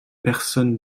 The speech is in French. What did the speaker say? personnes